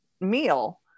meal